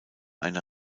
eine